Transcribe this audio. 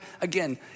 again